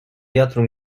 wiatru